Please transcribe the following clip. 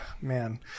man